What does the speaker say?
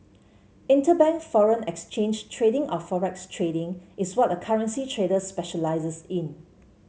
interbank foreign exchange trading or forex trading is what a currency trader specialises in